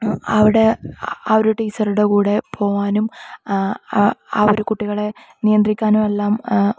അവിടെ ഒരു ടീച്ചറുടെ കൂടെ പോകാനും ഒരു കുട്ടികളെ നിയന്ത്രിക്കാനും എല്ലാം